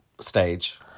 stage